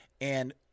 and-